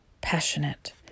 passionate